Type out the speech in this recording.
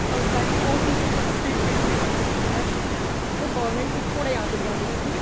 अगर टाइम पे पहुँच नहीं सकते तो फिर ट्रीटमेंट कैसे हो सकता है सो गौरमेंट को थोड़ा यहाँ पे ध्यान देना चहिए